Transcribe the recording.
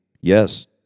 Yes